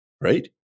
right